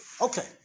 Okay